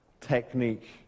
technique